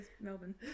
Melbourne